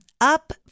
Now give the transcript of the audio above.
up